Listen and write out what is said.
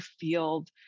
field